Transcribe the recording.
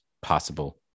possible